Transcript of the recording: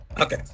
Okay